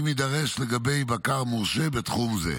אם יידרש, לגבי בקר מורשה בתחום זה.